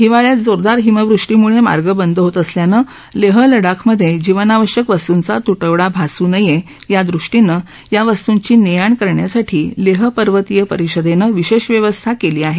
हिवाळ्यात जोरदार हिमवृष्टीमुळे मार्ग बंद होत असल्यानं लेह लडाखमधे जीवनावश्यक वस्तूंचा त्टवडा भासू नये यादृष्टीनं या वस्तूंची ने आण करण्यासाठी लेह पर्वतीय परिषदेनं विशेष व्यवस्था केली आहे